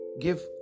give